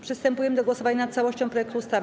Przystępujemy do głosowania nad całością projektu ustawy.